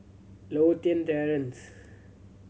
Lothian Terrace